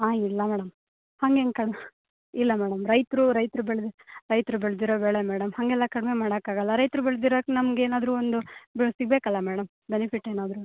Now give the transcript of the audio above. ಹಾಂ ಇಲ್ಲ ಮೇಡಮ್ ಹಂಗೆ ಹೆಂಗೆ ಕಡ್ಮೆ ಇಲ್ಲ ಮೇಡಮ್ ರೈತರು ರೈತರು ಬೆಳೆದಿದ್ದು ರೈತರು ಬೆಳೆದಿರೋ ಬೆಳೆ ಮೇಡಮ್ ಹಾಗೆಲ್ಲ ಕಡಿಮೆ ಮಾಡೋಕ್ಕಾಗಲ್ಲ ರೈತರು ಬೆಳ್ದಿರಕ್ಕೆ ನಮ್ಗೆ ಏನಾದರೂ ಒಂದು ಬೆಲೆ ಸಿಗಬೇಕಲ್ಲ ಮೇಡಮ್ ಬೆನಿಫಿಟ್ ಏನಾದರೂ